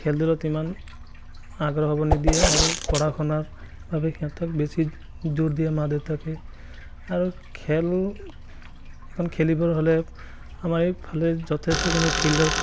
খেল ধূলত ইমান আগ্ৰহ হ'ব নিদিয়ে আৰু পঢ়া শুনাৰ বাবে সিহঁতক বেছি জোৰ দিয়ে মা দেউতাকে আৰু খেল এখন খেলিবৰ হ'লে আমাৰ এইফালে যথেষ্টখিনি ফিল্ডৰ